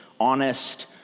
honest